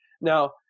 Now